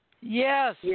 Yes